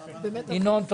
ינון,